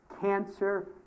cancer